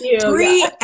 three